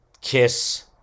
Kiss